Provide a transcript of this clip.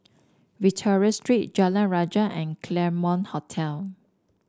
Victoria Street Jalan Rajah and Claremont Hotel